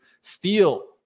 Steel